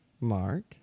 Mark